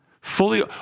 fully